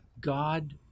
God